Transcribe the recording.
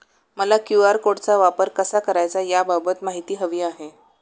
मला क्यू.आर कोडचा वापर कसा करायचा याबाबत माहिती हवी आहे